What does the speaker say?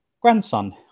grandson